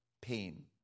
pain